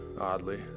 oddly